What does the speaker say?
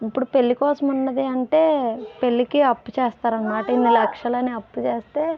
ఇపుడు పెళ్ళికోసమన్నది అంటే పెళ్ళికి అప్పు చేస్తారన్నమాట ఇన్ని లక్షలని అప్పు చేస్తే